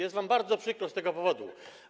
Jest wam bardzo przykro z tego powodu.